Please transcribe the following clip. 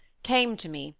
came to me,